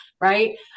Right